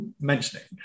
mentioning